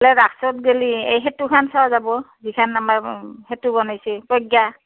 ৰাস্তাত গেলে এই সেতুখন চোৱা যাব যিখন আমাৰ সেতু বনাইছে প্ৰজ্ঞা